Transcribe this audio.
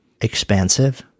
expansive